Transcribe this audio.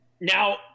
Now